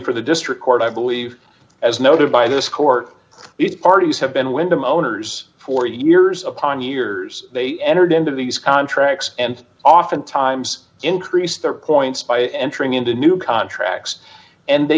for the district court i believe as noted by this court it parties have been windham owners for years upon years they entered into these contracts and oftentimes increased their points by entering into new contracts and they